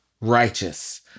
righteous